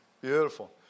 Beautiful